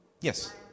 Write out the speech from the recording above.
Yes